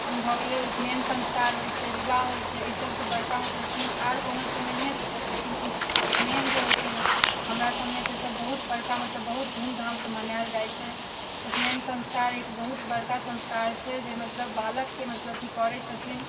भऽ गेलै ऊपनयन सँस्कार होइत छै विवाह होइत छै एहि सबसँ बड़का मतलब कि आर कोनो तऽ नैहे छै लेकिन ई ऊपनयन जे होइत छै ने हमरासबमे से सब बहुत बड़का मतलब बहुत धूमधामसँ मनाओल जाइत छै ऊपनयन सँस्कार एक बहुत बड़का सँस्कार छै जे मतलब बालकके मतलब की करै छथिन